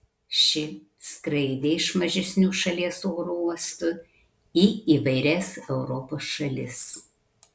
ši skraidė iš mažesnių šalies oro uostų į įvairias europos šalis